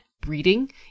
breeding